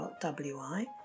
WI